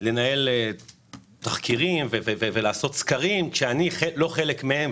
שמשרד ממשלתי מנהל תחקירים ועושה סקרים בלי להתייחס אל התעשייה עצמה.